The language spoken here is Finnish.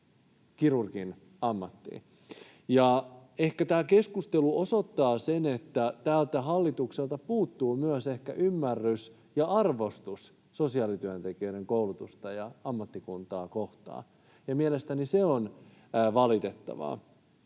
kirurgin ammattiin. Ehkä tämä keskustelu osoittaa sen, että tältä hallitukselta puuttuu myös ehkä ymmärrys ja arvostus sosiaalityöntekijöiden koulutusta ja ammattikuntaa kohtaan, ja mielestäni se on valitettavaa.